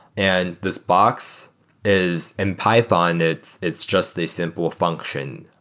and this box is in python, it's it's just a simple function.